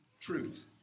Truth